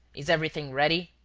is everything ready?